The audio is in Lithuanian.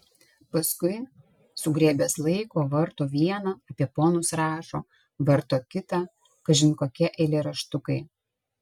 paskui sugriebęs laiko varto vieną apie ponus rašo varto kitą kažin kokie eilėraštukai